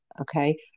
okay